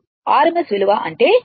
RMS విలువ అంటే a2